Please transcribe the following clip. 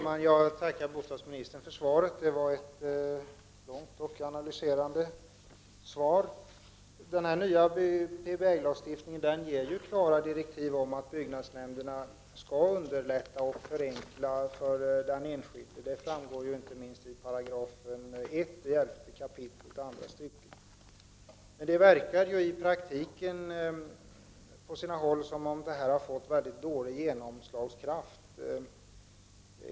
Herr talman! Jag tackar bostadsministern för svaret. Det var ett långt och analyserande svar. Den nya PBL-lagstiftningen ger klara direktiv om att byggnadsnämnderna skall underlätta och förenkla för den enskilde. Det framgår inte minst av 11 kap. 1§ andra stycket. Det verkar i praktiken på sina håll som om detta har haft mycket dålig genomslagskraft.